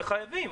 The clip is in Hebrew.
וחייבים.